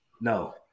no